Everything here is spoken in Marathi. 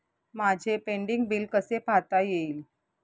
माझे पेंडींग बिल कसे पाहता येईल?